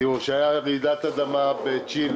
אני הייתי ראש אגף המבצעים בצה"ל